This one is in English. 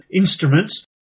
instruments